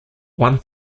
one